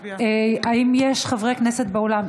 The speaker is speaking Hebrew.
האם יש חברי כנסת באולם,